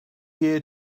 year